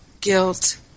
guilt